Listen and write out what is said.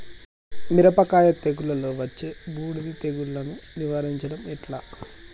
మిరపకాయ తెగుళ్లలో వచ్చే బూడిది తెగుళ్లను నివారించడం ఎట్లా?